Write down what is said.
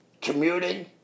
commuting